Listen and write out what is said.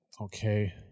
okay